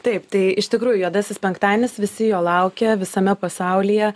taip tai iš tikrųjų juodasis penktadienis visi jo laukia visame pasaulyje